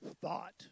thought